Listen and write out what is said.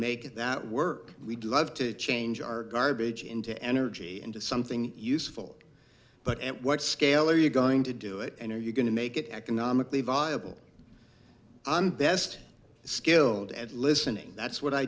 make that work we'd love to change our garbage into energy into something useful but at what scale are you going to do it and are you going to make it economically viable and best skilled at listening that's what i